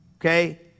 Okay